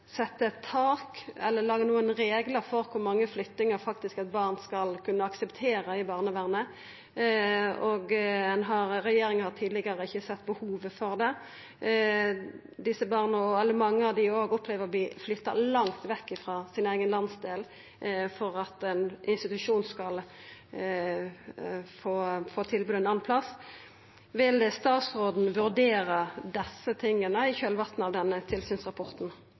tak eller laga reglar for kor mange flyttingar eit barn faktisk skal kunna akseptera i barnevernet, og regjeringa har tidlegare ikkje sett behovet for det. Mange av desse barna opplever å verta flytta langt vekk frå sin eigen landsdel for å få tilbod ein annan plass. Vil statsråden vurdera desse tinga i kjølvatnet av denne tilsynsrapporten?